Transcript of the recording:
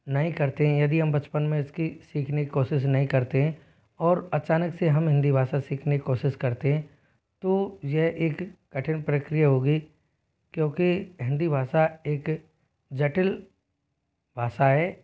नहीं करते हैं यदि हम बचपन में इसकी सीखने की कोशिश नहीं करते हैं और अचानक से हम हिंदी भाषा सीखने की कोशिश करते हैं तो यह एक कठिन प्रक्रिया होगी क्योंकि हिंदी भाषा एक जटिल भाषा है